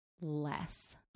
less